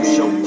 Show